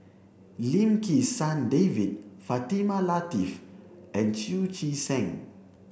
Lim Kim San David Fatimah Lateef and Chu Chee Seng